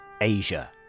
Asia